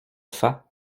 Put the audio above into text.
fat